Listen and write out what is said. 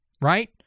right